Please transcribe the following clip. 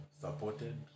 supported